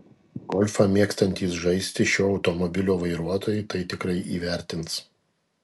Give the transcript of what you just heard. golfą mėgstantys žaisti šio automobilio vairuotojai tai tikrai įvertins